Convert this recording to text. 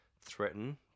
threaten